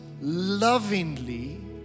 lovingly